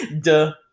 Duh